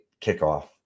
kickoff